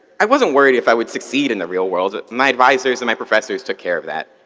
i wasn't worried if i would succeed in the real world. but my advisors and my professors took care of that.